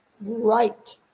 right